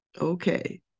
okay